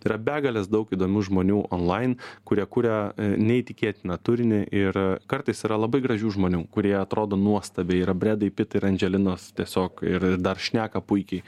yra begalės daug įdomių žmonių onlain kurie kuria neįtikėtiną turinį ir kartais yra labai gražių žmonių kurie atrodo nuostabiai yra bredai pitai ir andželinos tiesiog ir dar šneka puikiai